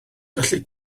gallu